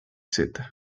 sete